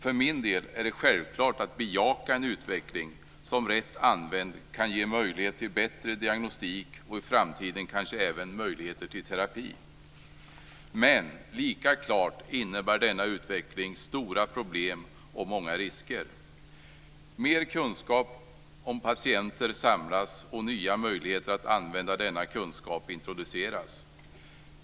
För min del är det självklart att bejaka en utveckling som, rätt använd, kan ge möjlighet till bättre diagnostik och i framtiden kanske även möjligheter till terapi. Men lika klart innebär denna utveckling stora problem och många risker. Mer kunskap om patienter samlas, och nya möjligheter att använda denna kunskap introduceras.